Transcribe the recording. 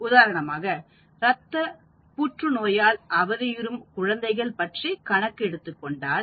உதாரணமாக இரத்த ரத்த புற்றுநோயால் அவதியுறும் குழந்தைகள் பற்றி கணக்கு எடுத்துக் கொண்டால்